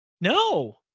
no